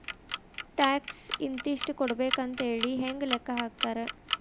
Tax ಇಂತಿಷ್ಟ ಕೊಡ್ಬೇಕ್ ಅಂಥೇಳಿ ಹೆಂಗ್ ಲೆಕ್ಕಾ ಹಾಕ್ತಾರ?